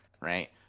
right